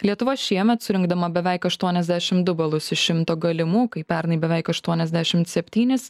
lietuva šiemet surinkdama beveik aštuoniasdešimt du balus iš šimto galimų kai pernai beveik aštuoniasdešimt septynis